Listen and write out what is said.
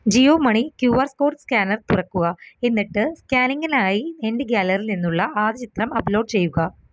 Jio money Q R code scanner തുറക്കുക എന്നിട്ട് സ്കാനിംഗിനായി എൻ്റെ ഗ്യാലറിയിൽ നിന്നുള്ള ആദ്യ ചിത്രം അപ്ലോഡ് ചെയ്യുക